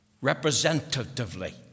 representatively